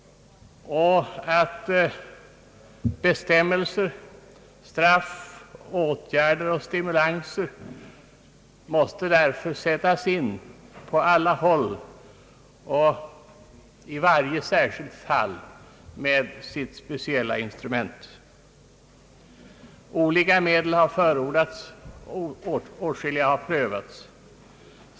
Bestämmelser, straff, åtgärder och stimulanser måste därför sättas in på alla håll och i varje särskilt fall med sitt speciella instrument. Olika medel har förordats, åtskilliga har prövats.